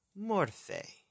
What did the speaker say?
morphe